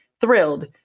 thrilled